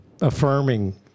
affirming